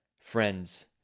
friends